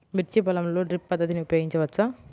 మిర్చి పొలంలో డ్రిప్ పద్ధతిని ఉపయోగించవచ్చా?